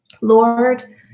Lord